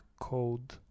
code